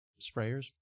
sprayers